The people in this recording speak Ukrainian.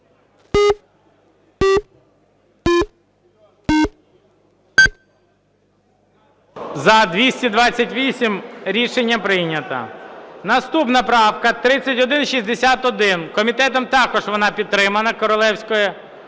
За-228 Рішення прийнято. Наступна правка 3161, комітетом також вона підтримана, Королевської.